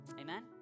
Amen